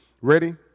Ready